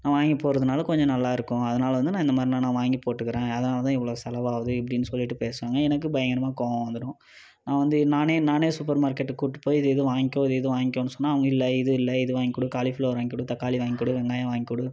நான் வாங்கி போடுறதுனால் கொஞ்சம் நல்லா இருக்கும் அதனால வந்து நான் இந்த மாதிரிலான் நான் வாங்கி போட்டுக்கிறேன் அதனாலதான் இவ்வளோ செலவாகுது இப்படின்னு சொல்லிட்டு பேசுவாங்க எனக்கு பயங்கரமாக கோபம் வந்துடும் நான் வந்து நானே நானே சூப்பர் மார்க்கெட்டுக்கு கூட்டு போயி இது இது வாங்கிக்கோ இது இது வாங்கிக்கோன்னு சொன்னால் அவங்க இல்லை இது இல்லை இது வாங்கிக்கொடு காலிஃபிளவர் வாங்கிக்கொடு தக்காளி வாங்கிக்கொடு வெங்காயம் வாங்கிக்கொடு